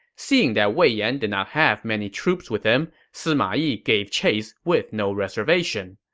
seeing that wei yan did not have many troops with him, sima yi gave chase with no reservation.